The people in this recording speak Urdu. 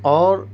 اور